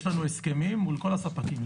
יש לנו הסכמים מול כל הספקים,